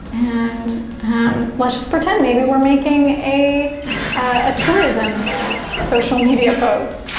and um let's just pretend maybe we're making a ah tourism social media post.